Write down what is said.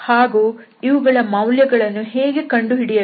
ಹಾಗೂ ಇವುಗಳ ಮೌಲ್ಯಗಳನ್ನು ಹೇಗೆ ಕಂಡುಹಿಡಿಯಬೇಕು